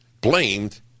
blamed